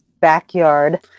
backyard